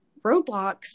roadblocks